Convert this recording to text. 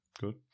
good